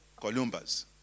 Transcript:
Columbus